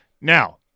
Now